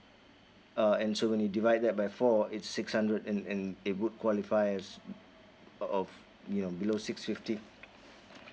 uh and so when you divide that by four it's six hundred and and it would qualify us of you know below six fifty